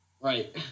Right